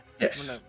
Yes